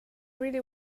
really